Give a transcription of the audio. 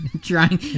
trying